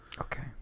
Okay